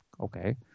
Okay